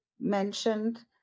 mentioned